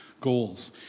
goals